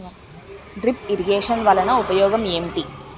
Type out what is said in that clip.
drip irrigation వలన ఉపయోగం ఏంటి